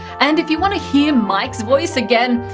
and if you want to hear mike's voice again,